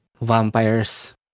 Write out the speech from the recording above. vampires